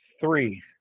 Three